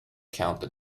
counted